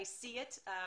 אני רואה את זה,